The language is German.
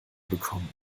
bekommen